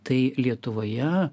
tai lietuvoje